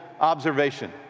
observation